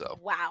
Wow